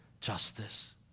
justice